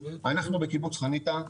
אנחנו בקיבוץ חניתה,